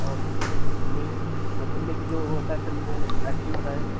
अब मिल्क मतलब मिल्क जो होता है सर वो आइस क्रीम होता है एक